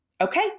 Okay